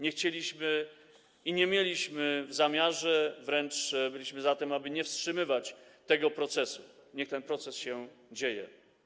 Nie chcieliśmy ani nie mieliśmy w zamiarze tego, wręcz byliśmy za tym, aby nie wstrzymywać tego procesu, niech ten proces trwa.